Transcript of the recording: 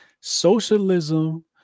socialism